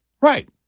right